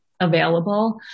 available